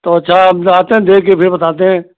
तो अच्छा अभी आते हैं देखकर फिर बताते हैं